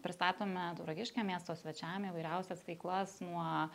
pristatome tauragiškiam miesto svečiam įvairiausias veiklas nuo